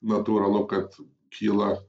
natūralu kad kyla